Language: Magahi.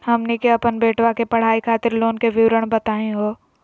हमनी के अपन बेटवा के पढाई खातीर लोन के विवरण बताही हो?